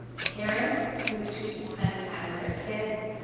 parents who would choose to spend time with their kids,